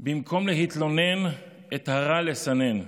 במקום להתלונן, את הרע לסנן,